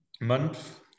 month